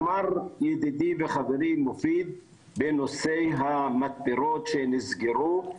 אמר ידידי וחברי מופיד בנושא המתפרות שנסגרו,